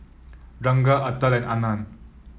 Ranga Atal and Anand